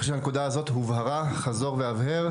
אני חושב שהנקודה הזו הובהרה, חזור והבהר.